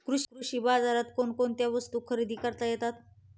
कृषी बाजारात कोणकोणत्या वस्तू खरेदी करता येतात